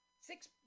Six